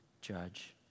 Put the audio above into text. judge